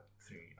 three